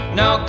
no